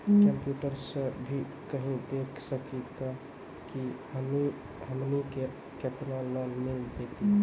Computer सा भी कही देख सकी का की हमनी के केतना लोन मिल जैतिन?